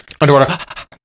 Underwater